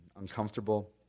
uncomfortable